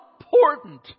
important